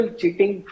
cheating